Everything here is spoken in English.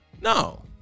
No